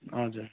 हजुर